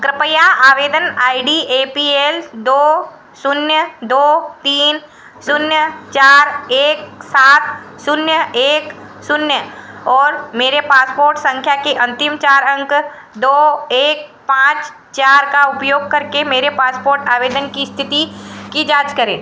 कृपया आवेदन I D A P L दो शून्य दो तीन शून्य चार एक सात शून्य एक शून्य और मेरे पासपोर्ट सँख्या के अन्तिम चार अंक दो एक पाँच चार का उपयोग करके मेरे पासपोर्ट आवेदन की इस्थिति की जाँच करें